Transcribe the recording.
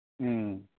ꯎꯝ